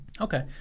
okay